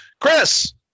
Chris